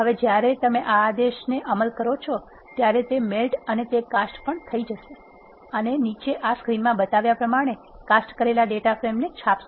હવે જ્યારે તમે આ આદેશને અમલ કરો છો ત્યારે તે મેલ્ટ અને તે કાસ્ટ પણ થઈ જશે અને તે નીચે આ સ્ક્રીનમાં બતાવ્યા પ્રમાણે કાસ્ટ કરેલા ડેટા ફ્રેમને છાપશે